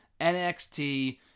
NXT